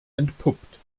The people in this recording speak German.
entpuppt